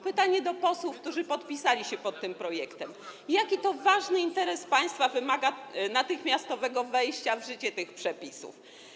Pytanie do posłów, którzy podpisali się pod tym projektem: Jaki ważny interes państwa wymaga natychmiastowego wejścia w życie tych przepisów?